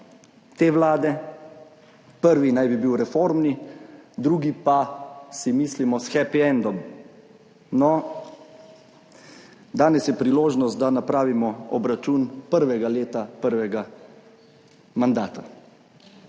te vlade, prvi naj bi bil reformni, drugi pa, si mislimo, s hepiendom. No, danes je priložnost, da napravimo obračun prvega leta, prvega mandata.